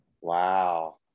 Wow